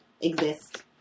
exist